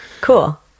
cool